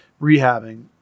rehabbing